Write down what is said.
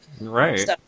Right